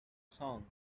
song